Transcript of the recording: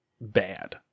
Bad